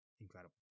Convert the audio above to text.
incredible